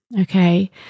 Okay